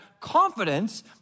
confidence